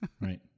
Right